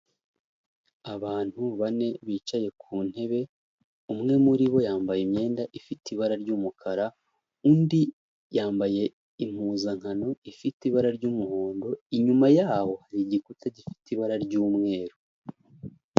Abantu bane bicaye ku ntebe, umwe muri bo yambaye imyenda ifite ibara ry'umukara, undi yambaye impuzankano ifite ibara ry'umuhondo, inyuma yaho hari igikuta gifite ibara ry'umweru.